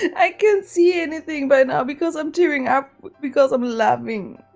i can't see anything by now because i'm tearing up because i'm laughing